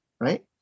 right